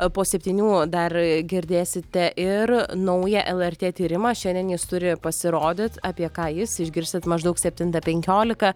o po septynių dar girdėsite ir naują lrt tyrimą šiandien jis turi pasirodyt apie ką jis išgirsit maždaug septintą penkiolika